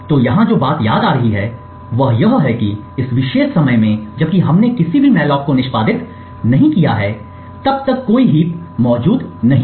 तो यहां जो बात याद आ रही है वह यह है कि इस विशेष समय में जबकि हमने किसी भी मॉलोक को निष्पादित नहीं किया है तब तक कोई हीप नहीं है जो मौजूद है